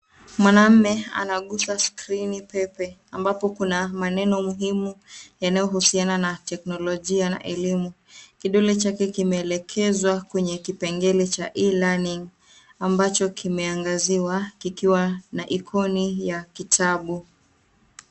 Mwanamume anagusa skrini pepe ambapo kuna maneno muhimu yanayohusiana na teknolojia na elimu. Kidole chake kimeelekezwa kwenye kipengele cha E-learning ambacho kimeangaziwa kikiwa na ikoni ya kitabu.